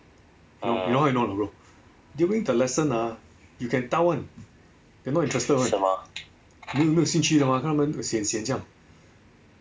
you know how I know or not bro during the lesson you can tell [one] they not interested [one] 没有没有兴趣的嘛他们 sian sian 这样